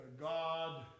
God